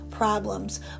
problems